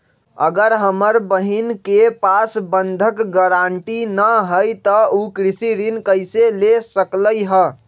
अगर हमर बहिन के पास बंधक गरान्टी न हई त उ कृषि ऋण कईसे ले सकलई ह?